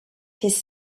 his